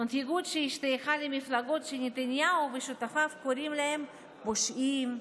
מנהיגות שהשתייכה למפלגות שנתניהו ושותפיו קוראים להם פושעים,